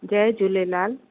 Jay Jhulelal